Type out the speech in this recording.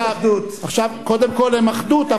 קודם כול הם אחדות,